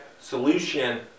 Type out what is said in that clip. solution